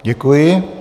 Děkuji.